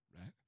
right